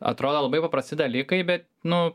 atrodo labai paprasti dalykai bet nu